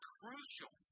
crucial